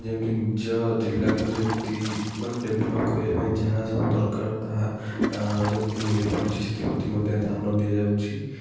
ଯେମିତି ନିଜ ଜିଲ୍ଲାକୁ ଯେମିତି ମାନେ ଡେଭଲପ୍ କରିବାପାଇଁ ଯାହା ସବୁ ଦରକାର ତାହା ଯେମିତି ମିଳିବ ପାରୁଛି ସେଥି ପ୍ରତି ମଧ୍ୟ ଧ୍ୟାନ ଦିଆଯାଉଛି